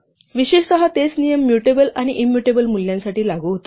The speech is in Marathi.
विशेषतः तेच नियम मुटेबल आणि इंमुटेबल मूल्यांसाठी लागू होतात